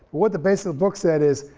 what the basis of book that is,